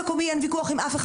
היא לא מגיעה מהמקום הזה.